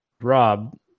Rob